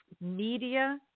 media